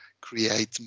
create